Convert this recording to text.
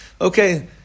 okay